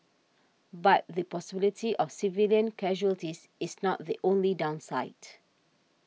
but the possibility of civilian casualties is not the only downside